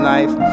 Life